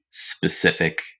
specific